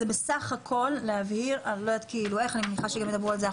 ולכן זה בסך הכול להראות אני לא יודעת איך ואני מניחה שלאחר